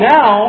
Now